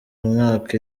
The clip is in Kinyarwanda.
umwaka